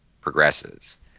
progresses